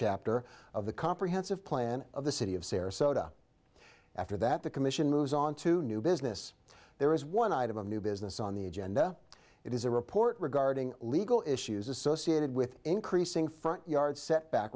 chapter of the comprehensive plan of the city of sarasota after that the commission moves on to new business there is one item of new business on the agenda it is a report regarding legal issues associated with increasing front yard setback